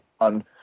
on